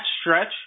stretch